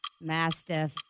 Mastiff